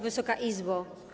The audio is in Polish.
Wysoka Izbo!